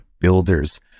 Builders